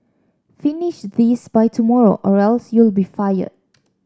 finish this by tomorrow or else you'll be fired